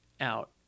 out